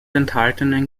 enthaltenen